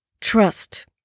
Trust